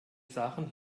sachen